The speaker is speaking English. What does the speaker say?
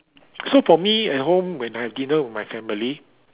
so for me at home when I have dinner with my family